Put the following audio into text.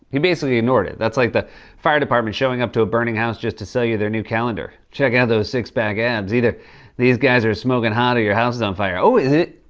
he basically ignored it. that's like the fire department showing up to a burning house, just to sell you their new calendar. check out those six pack abs. either these guys are smokin' hot or your house is on fire. oh, is it?